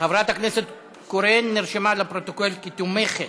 חברת הכנסת קורן נרשמה לפרוטוקול כתומכת.